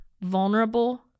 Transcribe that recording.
vulnerable